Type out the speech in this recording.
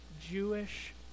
Jewish